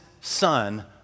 Son